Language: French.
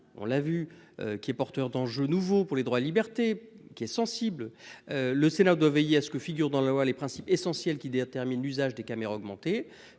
On l'a vu qu'il est porteur d'enjeux nouveaux pour les droits, liberté qui est sensible. Le Sénat doit veiller à ce que figure dans la loi, les principes essentiels qui détermine l'usage des caméras augmenter